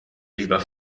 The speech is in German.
lieber